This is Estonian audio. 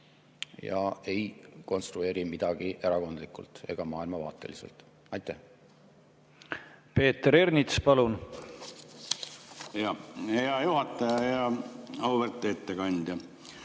ja ei konstrueeri midagi erakondlikult ega maailmavaateliselt. Peeter Ernits, palun! Hea juhataja! Auväärt ettekandja!